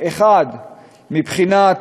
1. מבחינת